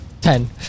Ten